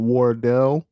Wardell